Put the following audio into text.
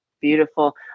Beautiful